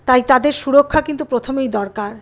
তাই তাদের সুরক্ষা কিন্তু প্রথমেই দরকার